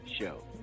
show